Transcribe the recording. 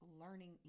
learning